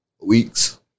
weeks